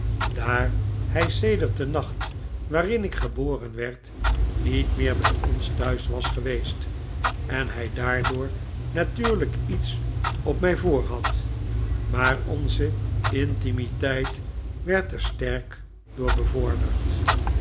daar hij sedert den nacht waarin ik geboren werd niet meer bij ons thuis was geweest en hij daardoor natuurlijk iets op mij voor had maar onze intimiteit werd er sterk door bevorderd